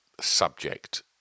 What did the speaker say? subject